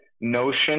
notion